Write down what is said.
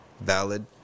valid